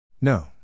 No